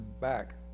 back